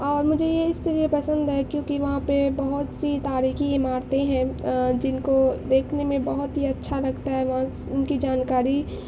اور مجھے یہ اس لئے پسند ہے کیونکہ وہاں پہ بہت سی تاریخی عمارتیں ہیں جن کو دیکھنے میں بہت ہی اچھا لگتا ہیں ان کی جانکاری